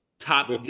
top